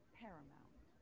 paramount